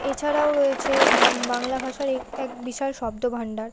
এছাড়াও রয়েছে বাংলা ভাষার এক এক বিশাল শব্দভান্ডার